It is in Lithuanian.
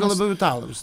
gal labiau italams